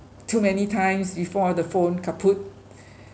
too many times before the phone kaput